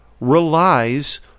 relies